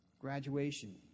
Graduation